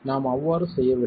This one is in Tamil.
நாம் அவ்வாறு செய்யவில்லை